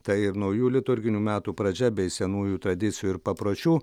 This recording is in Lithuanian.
tai naujų liturginių metų pradžia bei senųjų tradicijų ir papročių